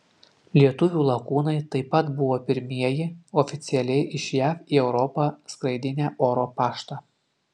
lietuvių lakūnai taip pat buvo pirmieji oficialiai iš jav į europą skraidinę oro paštą